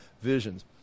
visions